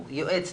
שהוא יועץ המשרד.